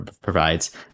provides